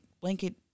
blanket